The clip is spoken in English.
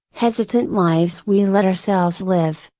hesitant lives we let ourselves live,